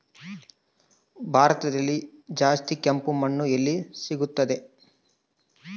ಭಾರತದಲ್ಲಿ ಜಾಸ್ತಿ ಕೆಂಪು ಮಣ್ಣು ಎಲ್ಲಿ ಸಿಗುತ್ತದೆ?